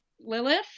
Lilith